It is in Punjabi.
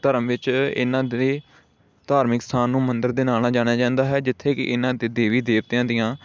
ਧਰਮ ਵਿੱਚ ਇਨ੍ਹਾਂ ਦੇ ਧਾਰਮਿਕ ਅਸਥਾਨ ਨੂੰ ਮੰਦਰ ਦੇ ਨਾਂ ਨਾਲ ਜਾਣਿਆ ਜਾਂਦਾ ਹੈ ਜਿੱਥੇ ਕਿ ਇਨ੍ਹਾਂ ਦੇ ਦੇਵੀ ਦੇਵਤਿਆਂ ਦੀਆਂ